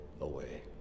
away